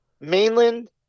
Mainland